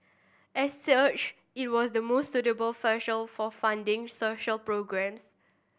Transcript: as such it was the most suitable for funding social programmes